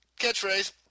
catchphrase